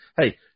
Hey